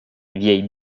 vieille